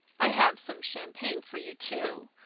i have some champagne for you, too.